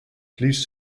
please